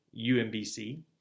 UMBC